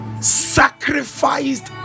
sacrificed